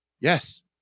Yes